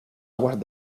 aguas